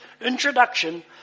introduction